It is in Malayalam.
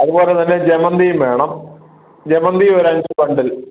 അതുപോലെ തന്നെ ജമന്തിയും വേണം ജമന്തി ഒരു അഞ്ച് ബണ്ടിൽ